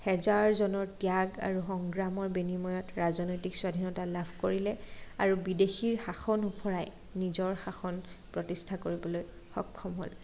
হেজাৰ জনৰ ত্যাগ আৰু সংগ্ৰামৰ বিনিময়ত ৰাজনৈতিক স্বাধীনতা লাভ কৰিলে আৰু বিদেশীৰ শাসন উফৰাই নিজৰ শাসন প্ৰতিষ্ঠা কৰিবলৈ সক্ষম হ'ল